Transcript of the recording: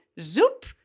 zoop